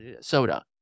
soda